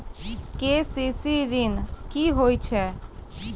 KCC ॠन की होय छै?